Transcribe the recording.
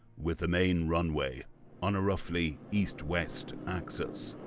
with the main runway on a roughly east-west axis.